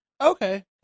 okay